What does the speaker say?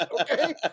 Okay